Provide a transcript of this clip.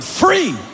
free